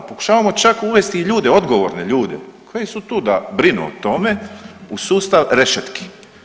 Pokušavamo čak uvesti i ljude, odgovorne ljude koji su tu da brinu o tome u sustav rešetki.